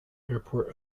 airport